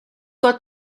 got